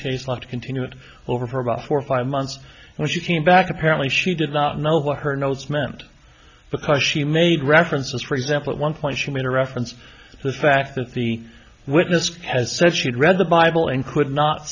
case not continue it over for about four or five months and she came back apparently she did not know what her notes meant because she made references for example at one point she made a reference to the fact that the witness has said she'd read the bible and could not